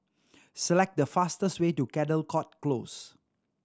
select the fastest way to Caldecott Close